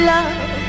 Love